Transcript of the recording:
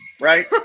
right